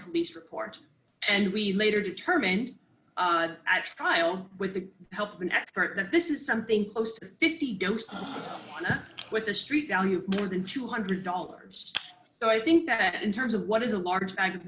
police report and we later determined at trial with the help of an expert that this is something close to fifty doses with a street value of more than two hundred dollars so i think that in terms of what is a large bag of